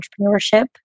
entrepreneurship